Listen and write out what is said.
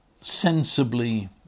sensibly